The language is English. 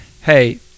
hey